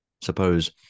suppose